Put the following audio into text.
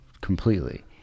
completely